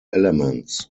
elements